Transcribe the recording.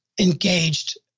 engaged